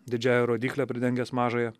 didžiąja rodykle pridengęs mažąją